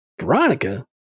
Veronica